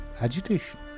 agitation